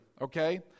okay